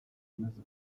maze